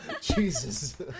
Jesus